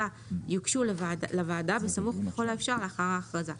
יוגשו לוועדה בסמוך ככל האפשר לאחר ההכרזה.